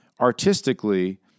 artistically